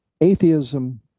Atheism